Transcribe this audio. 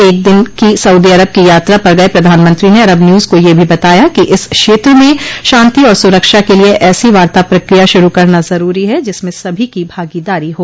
एक दिन की सऊदी अरब की यात्रा पर गए प्रधानमंत्री ने अरब न्यूज को यह भी बताया कि इस क्षेत्र में शांति और सुरक्षा के लिए ऐसी वार्ता प्रक्रिया शुरू करना जरूरी है जिसमें सभी की भागीदारी हो